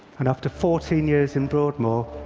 and after fourteen years in broadmoor,